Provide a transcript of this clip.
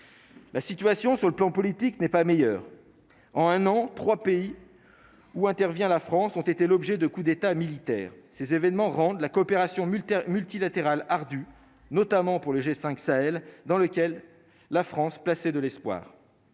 La situation sur le plan politique n'est pas meilleure en un an, 3 pays où intervient la France ont été l'objet de coup d'État militaire, ces événements rendent la coopération militaire multilatérale ardue, notamment pour le G5 Sahel dans lesquels la France placés de l'espoir,